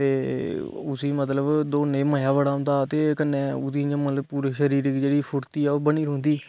ते उसी मतलब दौड़ने च मजा बडा आंदा ते कन्ने ओहदी मतलब पूरे शरिर दी फुर्ती ऐ जेहड़ी ओह बने दी रौंहदी